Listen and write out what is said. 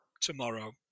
tomorrow